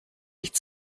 nicht